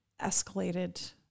escalated